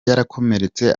yarakomeretse